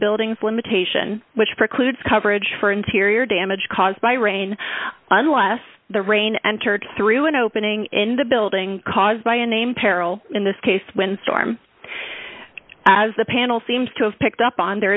buildings limitation which precludes coverage for interior damage caused by rain unless the rain entered through an opening in the building caused by a name peril in this case wind storm as the panel seems to have picked up on there